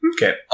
Okay